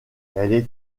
elle